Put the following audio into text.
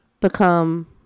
become